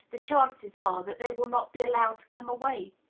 the chances are that they will not be allowed to come away.